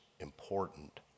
important